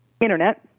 internet